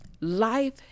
Life